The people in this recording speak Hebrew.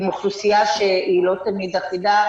עם אוכלוסייה שהיא לא תמיד אחידה,